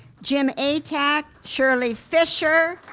jim atack, shirley fisher,